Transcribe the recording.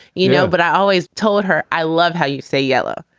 you know. but i always told her, i love how you say yellow.